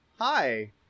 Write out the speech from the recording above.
Hi